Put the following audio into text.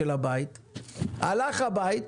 הלך הבית.